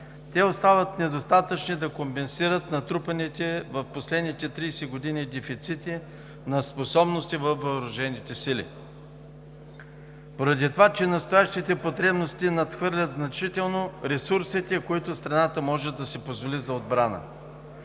те остават недостатъчни да компенсират натрупаните в последните 30 години дефицити на способности във въоръжените сили поради това, че настоящите потребности надхвърлят значително ресурсите, които страната може да си позволи за отбрана.